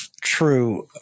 true